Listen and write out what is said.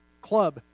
Club